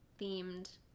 themed